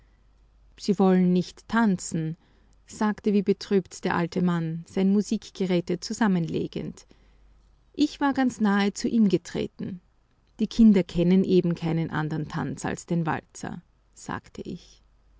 sie wollen nicht tanzen sagte wie betrübt der alte mann sein musikgeräte zusammenlegend ich war ganz nahe zu ihm getreten die kinder kennen eben keinen andern tanz als den walzer sagte ich